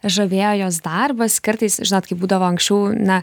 žavėjo jos darbas kartais žinot kaip būdavo anksčiau na